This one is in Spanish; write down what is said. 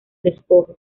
despojo